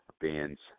bands